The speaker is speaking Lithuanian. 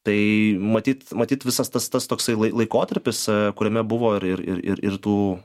tai matyt matyt visas tas tas toksai laikotarpis kuriame buvo ir ir ir ir ir tų